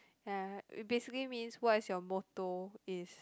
ya it basically means what is your motto is